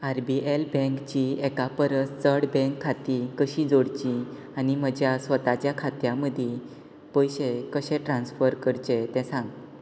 R B L बँकचीं एका परस चड बँक खातीं कशीं जोडचीं आनी म्हज्या स्वताच्या खात्या मदीं पयशे कशे ट्रान्स्फर करचे तें सांग